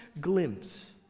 glimpse